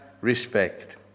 respect